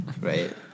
right